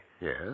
Yes